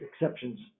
exceptions